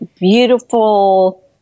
beautiful